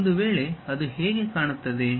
ಒಂದು ವೇಳೆ ಅದು ಹೇಗೆ ಕಾಣುತ್ತದೆ